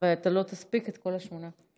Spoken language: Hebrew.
אתה לא תספיק את כל השמונה,